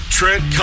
Trent